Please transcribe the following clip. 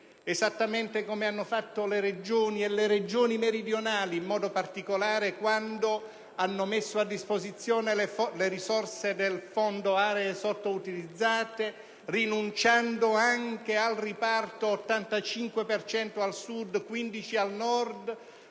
Esattamente come hanno fatto le Regioni, quelle meridionali in modo particolare, quando hanno messo a disposizione le risorse del Fondo aree sottoutilizzate, rinunciando anche al riparto dell'85 per